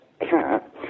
cat